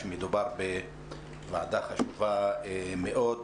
שמדובר בוועדה חשובה מאוד,